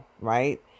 Right